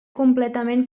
completament